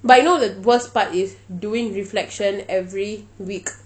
but you know the worst part is doing reflection every week